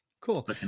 cool